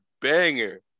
banger